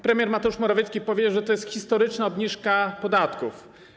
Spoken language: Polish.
Premier Mateusz Morawiecki powie, że to jest historyczna obniżka podatków.